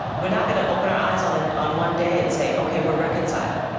we're not gonna open our eyes on ah on one day and say, okay, we're reconciled.